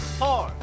four